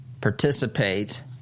participate